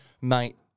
mate